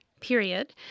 period